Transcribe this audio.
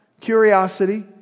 curiosity